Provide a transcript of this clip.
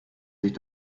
sich